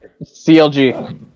CLG